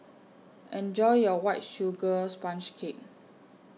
Enjoy your White Sugar Sponge Cake